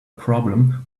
problem